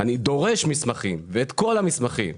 אני דורש את המסמכים ואת כל המסמכים.